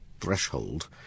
threshold